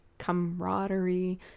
camaraderie